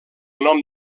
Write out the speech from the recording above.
nom